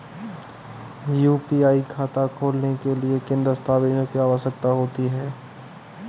UPI खाता खोलने के लिए किन दस्तावेज़ों की आवश्यकता होती है?